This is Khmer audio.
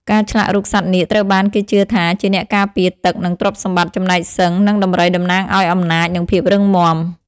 ការឆ្លាក់រូបសត្វនាគត្រូវបានគេជឿថាជាអ្នកការពារទឹក និងទ្រព្យសម្បត្តិ ចំណែកសិង្ហ និងដំរីតំណាងឱ្យអំណាច និងភាពរឹងមាំ។